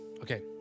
okay